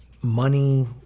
money